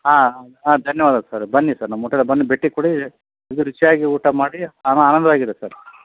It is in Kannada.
ಹಾಂ ಹಾಂ ಧನ್ಯವಾದ ಸರ್ ಬನ್ನಿ ಸರ್ ನಮ್ಮ ಓಟೆಲಿಗೆ ಬಂದು ಭೇಟಿ ಕೊಡಿ ಇದು ರುಚಿಯಾಗಿ ಊಟ ಮಾಡಿ ಆನಂದವಾಗಿರಿ ಸರ್